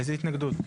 איזה התנגדות?